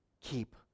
Keep